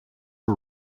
are